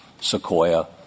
sequoia